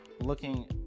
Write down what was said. looking